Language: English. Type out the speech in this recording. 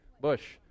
bush